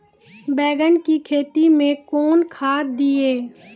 बैंगन की खेती मैं कौन खाद दिए?